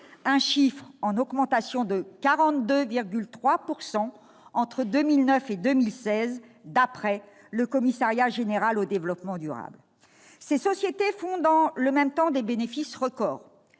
d'euros, en augmentation de 42,3 % entre 2009 et 2016, d'après le Commissariat général au développement durable, le CGDD. Ces sociétés font dans le même temps des bénéfices record,